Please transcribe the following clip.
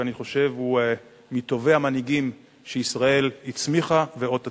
שאני חושב שהוא מטובי המנהיגים שישראל הצמיחה ועוד תצמיח.